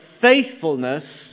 faithfulness